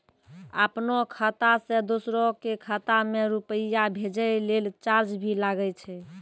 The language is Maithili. आपनों खाता सें दोसरो के खाता मे रुपैया भेजै लेल चार्ज भी लागै छै?